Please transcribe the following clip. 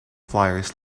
fliers